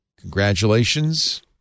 congratulations